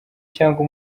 cyangwa